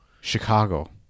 Chicago